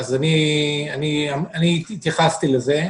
התייחסתי לזה.